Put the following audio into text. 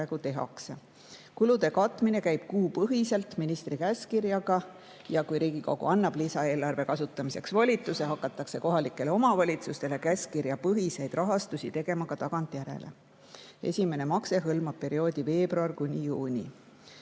Kulude katmine käib kuupõhiselt ministri käskkirjaga. Kui Riigikogu annab lisaeelarve kasutamiseks volituse, hakatakse kohalikele omavalitsustele käskkirjapõhiseid rahastusi tegema ka tagantjärele. Esimene makse hõlmab perioodi veebruar kuni juuni.